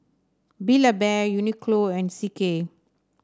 Build A Bear Uniqlo and C K